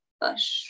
bush